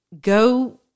go